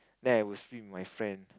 then I will swim with my friend